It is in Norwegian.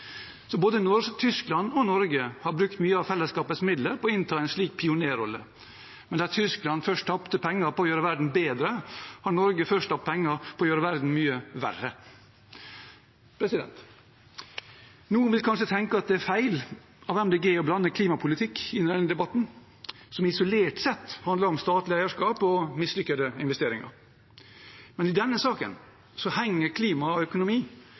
Både Tyskland og Norge har brukt mye av fellesskapets midler på å innta en slik pionerrolle, men der Tyskland først tapte penger på å gjøre verden bedre, har Norge tapt penger på å gjøre verden mye verre. Noen vil kanskje tenke at det er feil av Miljøpartiet De Grønne å blande klimapolitikk inn i denne debatten, som isolert sett handler om statlig eierskap og mislykkede investeringer. Men i denne saken henger klima og økonomi